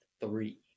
three